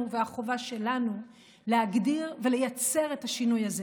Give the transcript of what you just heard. והחובה שלנו להגדיר ולייצר את השינוי הזה.